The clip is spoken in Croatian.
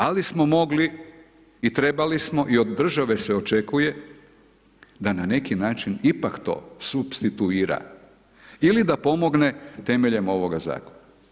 Ali smo mogli i trebali smo i od države se očekuje da na neki način to ipak supstituira ili da pomogne temeljem ovoga zakona.